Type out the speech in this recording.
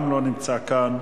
גם כן לא נמצאת כאן.